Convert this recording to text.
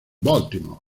baltimore